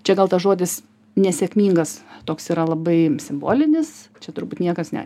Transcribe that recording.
čia gal tas žodis nesėkmingas toks yra labai simbolinis čia turbūt niekas ne